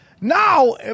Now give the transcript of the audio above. now